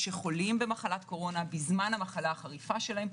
שחולים בקורונה בזמן המחלה החריפה שלהם,